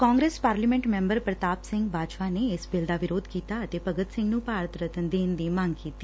Congress parliament member Pratap Singh Bajwa ਨੇ ਇਸ bill ਦਾ ਵਿਰੋਧ ਕੀਤਾ ਅਤੇ ਭਗਤ ਸਿੰਘ ਨੁੰ ਭਾਰਤ ਰਤਨ ਦੇਣ ਦੀ ਮੰਗ ਕੀਤੀ